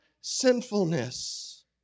sinfulness